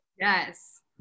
Yes